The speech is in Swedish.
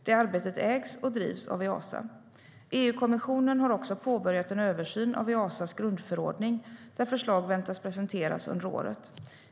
Det arbetet ägs och drivs av Easa.EU-kommissionen har påbörjat en översyn av Easas grundförordning, där förslag väntas presenteras under året.